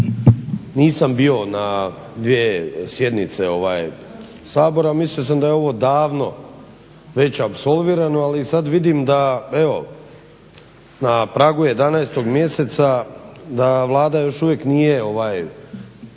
nisam bio na dvije sjednice Sabora, mislio sam da je ovo davno već apsolvirano, ali sad vidim da, evo na pragu 11 mjeseca da Vlada još uvijek nije otvorila